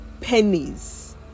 pennies